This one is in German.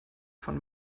von